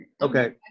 okay